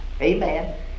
Amen